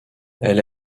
elle